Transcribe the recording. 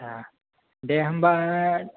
आटसा दे होमबा